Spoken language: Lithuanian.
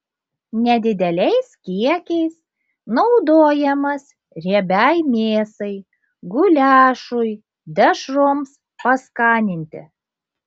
nedideliais kiekiais naudojamas riebiai mėsai guliašui dešroms paskaninti